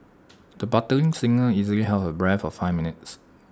the budding singer easily held her breath for five minutes